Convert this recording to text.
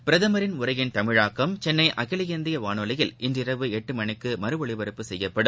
பிரதமரின் உரையின் தமிழாக்கம் சென்னை அகில இந்திய வானொலியில் இன்று இரவு எட்டுமணிக்கு மறு ஒலிபரப்பு செய்யப்படும்